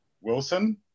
Wilson